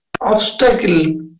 obstacle